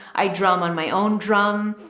i drum on my own drum.